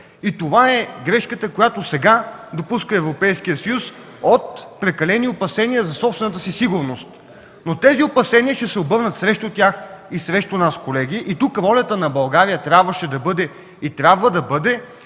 Това е грешката, която сега допуска Европейският съюз от прекалени опасения за собствената си сигурност. Но тези опасения ще се обърнат срещу тях и срещу нас, колеги, и тук ролята на България трябваше и трябва да бъде